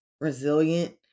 resilient